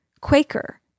Quaker